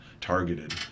targeted